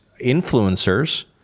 influencers